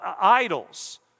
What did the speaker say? idols